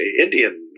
Indian